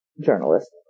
journalist